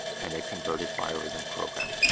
and a converted biorhythm program.